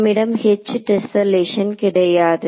நம்மிடம் H tessellation கிடையாது